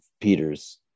Peter's